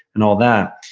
and all that.